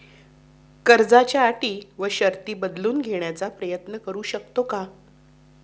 कर्जाच्या अटी व शर्ती बदलून घेण्याचा प्रयत्न करू शकतो का?